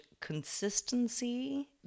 consistency